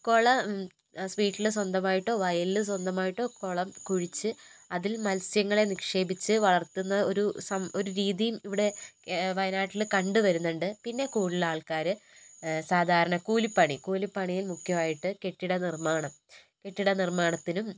കുളം വീട്ടിൽ സ്വന്തമായിട്ട് വയലിൽ സ്വന്തമായിട്ട് കുളം കുഴിച്ച് അതിൽ മത്സ്യങ്ങളെ നിക്ഷേപിച്ച് വളർത്തുന്ന ഒരു രീതിയും ഇവിടെ വയനാട്ടിൽ കണ്ട് വരുന്നുണ്ട് പിന്നെ കൂടുതൽ ആൾക്കാർ സാധാരണ കൂലിപ്പണി കൂലിപ്പണി മുഖ്യമായിട്ട് കെട്ടിട നിർമ്മാണം കെട്ടിട നിർമ്മാണത്തിനും